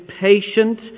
patient